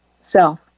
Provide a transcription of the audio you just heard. self